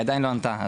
והיא עדיין לא ענתה.